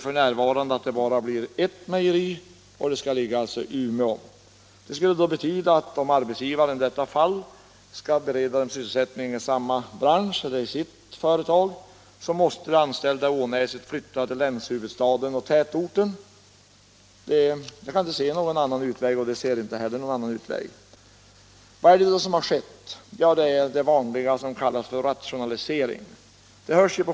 F.n. påstås att det bara blir ett mejeri, som skall ligga i Umeå. Om arbetsgivaren skall bereda de anställda sysselsättning i samma bransch måste alltså de anställda i Ånäset flytta till länshuvudstaden och tätorten. Jag kan inte se någon annan utväg. Vad är det då som har skett? Jo, det är detta som kallas rationalisering.